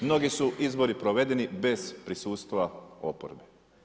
Mnogi su izbori provedeni bez prisustva oporbe.